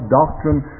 doctrine